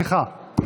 סליחה.